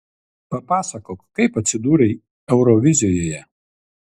papasakok kaip atsidūrei eurovizijoje